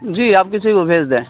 جی آپ کسی کو بھیج دیں